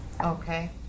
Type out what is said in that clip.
Okay